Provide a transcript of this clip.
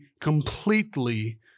completely